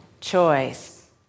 Choice